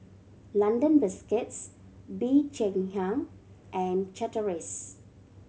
London Biscuits Bee Cheng Hiang and Chateraise